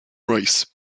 race